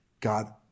God